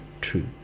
true